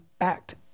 act